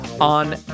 on